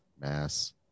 mass